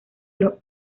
los